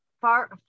far